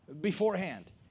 beforehand